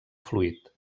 fluid